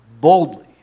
boldly